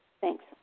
Thanks